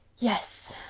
yes.